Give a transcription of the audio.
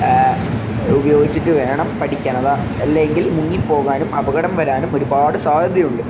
ഉപയോഗിച്ചിട്ട് വേണം പഠിക്കാൻ അ അല്ലങ്കിൽ മുങ്ങിപോകാനും അപകടം വരാനും ഒരുപാട് സാധ്യത ഉണ്ട്